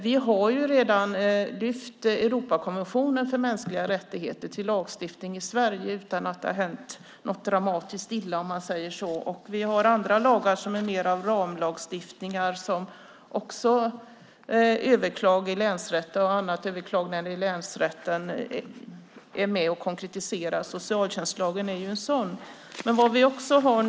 Vi har redan lyft Europakonventionen för mänskliga rättigheter till lagstiftning i Sverige utan att det har hänt något dramatiskt illa. Vi har andra lagar som är mer av ramlagstiftningar och som överklaganden i länsrätten är med och konkretiserar. Socialtjänstlagen är en sådan.